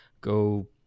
go